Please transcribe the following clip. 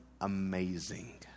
amazing